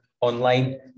online